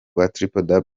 www